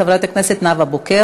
חברת הכנסת נאוה בוקר,